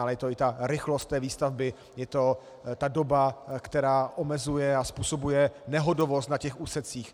Je to i rychlost výstavby, je to i doba, která omezuje a způsobuje nehodovost na těch úsecích.